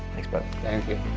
thanks, bud. thank you.